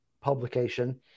publication